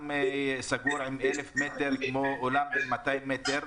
של 1,000 מטר הוא כדין אולם של 200 מטר.